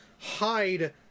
hide